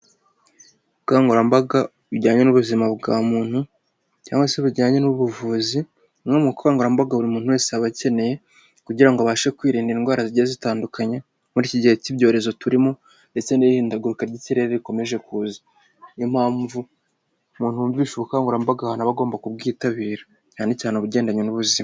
Ubukangurambaga bujyanye n'ubuzima bwa muntu cyangwa se bujyanye n'ubuvuzi, bumwe mu bukangurambaga buri muntu wese aba akeneye kugira ngo abashe kwirinda indwara zigiye zitandukanye, muri iki gihe cy'ibyorezo turimo ndetse n'ihindagurika ry'ikirere rikomeje kuza, niyo mpamvu umuntu wumvishe ubukangurambaga ahantu aba agomba kubwitabira cyane cyane ubugendanye n'ubuzima.